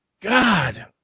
God